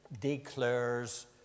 declares